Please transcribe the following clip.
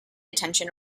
attention